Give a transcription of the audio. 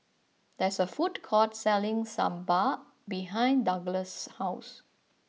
there is a food court selling Sambar behind Douglass' house